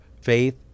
faith